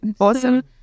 Awesome